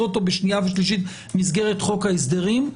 אתו בשנייה ושלישית במסגרת חוק ההסדרים,